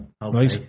Right